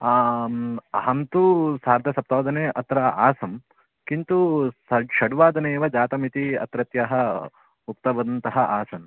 आम् अहं तु सार्धसप्तवादने अत्र आसं किन्तु षड् षड्वादने एव जातमिति अत्रत्याः उक्तवन्तः आसन्